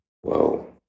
whoa